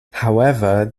however